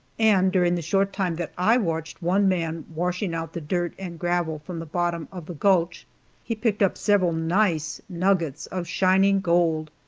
and during the short time that i watched one man washing out the dirt and gravel from the bottom of the gulch he picked up several nice nuggets of shining gold,